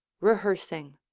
rehearsing.